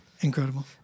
incredible